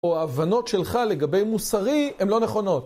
או ההבנות שלך לגבי מוסרי, הן לא נכונות.